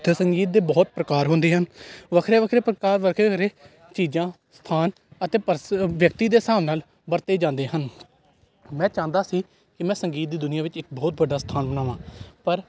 ਅਤੇ ਸੰਗੀਤ ਦੇ ਬਹੁਤ ਪ੍ਰਕਾਰ ਹੁੰਦੇ ਹਨ ਵੱਖਰੇ ਵੱਖਰੇ ਪ੍ਰਕਾਰ ਵੱਖਰੇ ਵੱਖਰੇ ਚੀਜ਼ਾਂ ਸਥਾਨ ਅਤੇ ਪਰਸ ਵਿਅਕਤੀ ਦੇ ਹਿਸਾਬ ਨਾਲ ਵਰਤੇ ਜਾਂਦੇ ਹਨ ਮੈਂ ਚਾਹੁੰਦਾ ਸੀ ਕਿ ਮੈਂ ਸੰਗੀਤ ਦੀ ਦੁਨੀਆ ਵਿੱਚ ਇੱਕ ਬਹੁਤ ਵੱਡਾ ਸਥਾਨ ਬਣਾਵਾਂ ਪਰ